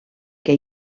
que